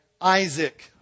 Isaac